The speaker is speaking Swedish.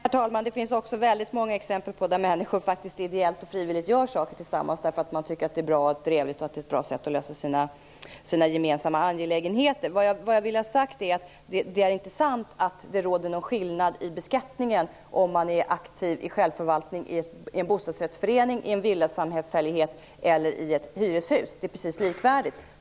Herr talman! Det finns många exempel på att människor ideellt och frivilligt gör saker tillsammans för att de tycker att det är trevligt och att det är ett bra sätt att sköta sina gemensamma angelägenheter på. Jag vill ha sagt att det inte är sant att det råder någon skillnad i beskattningen om man är aktiv i självförvaltningen i en bostadsrättsförening, i en villasamfällighet eller i ett hyreshus. Det är precis likvärdigt.